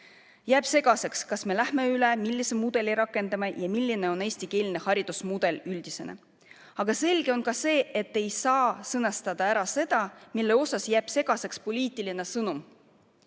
Jääb segaseks, kas me läheme sellele üle, millist mudelit rakendame ja milline on eestikeelne haridusmudel üldiselt. Aga selge on ka see, et ei saa sõnastada seda, mille puhul on jäänud segaseks poliitiline